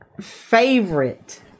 favorite